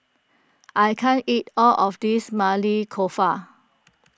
I can't eat all of this Maili Kofta